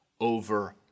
over